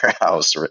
house